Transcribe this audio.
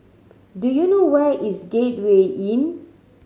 do you know where is Gateway Inn